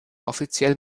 offiziell